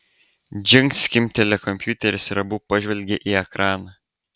džingt skimbtelėjo kompiuteris ir abu pažvelgė į ekraną